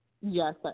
Yes